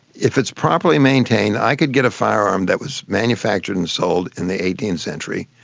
if it's properly maintained, i could get a firearm that was manufactured and sold in the eighteenth century,